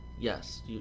Yes